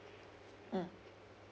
mm